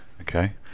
Okay